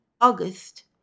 August